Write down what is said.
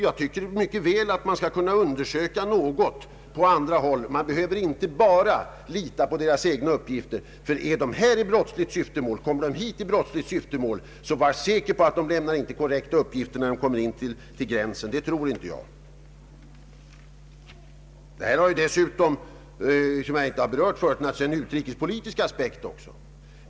Jag tycker att man mycket väl kan göra undersökningar på andra håll och inte bara vara tvungen att lita på vederbö randes egna uppgifter. Kommer någon hit i brottsligt syfte, så var säker på att han inte lämnar korrekta uppgifter vid gränsen. Något som jag inte berört förut är att detta dessutom har en utrikespolitisk aspekt.